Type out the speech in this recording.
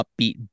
upbeat